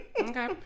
Okay